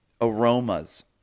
aromas